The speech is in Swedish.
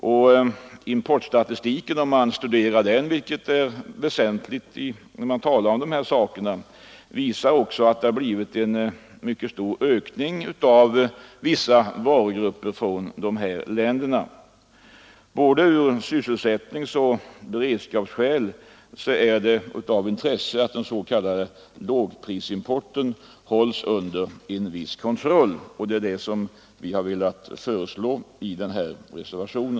Om man studerar importstatistiken, vilket är väsentligt när man talar om dessa saker, så finner man att vi har fått en mycket stor importökning av vissa varugrupper från dessa länder. Från både sysselsättningsoch beredskapssynpunkt är det av intresse att främst den s.k. lågprisimporten hålls under en viss kontroll. Det är det vi har velat föreslå i denna reservation.